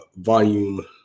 Volume